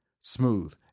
Smooth